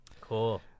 Cool